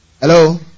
Hello